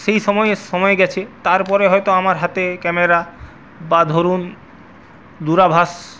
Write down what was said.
সেই সময়ে সময় গেছে তারপরে হয়তো আমার হাতে ক্যামেরা বা ধরুন দূরাভাষ